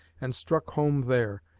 and struck home there,